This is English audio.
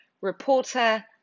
reporter